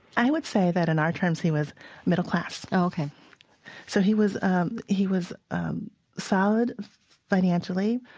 i would say that, in our terms, he was middle class oh, ok so he was he was solid financially,